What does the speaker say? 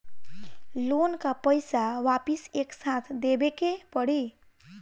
Loan का पईसा वापिस एक साथ देबेके पड़ी?